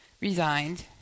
resigned